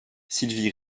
sylvie